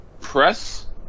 press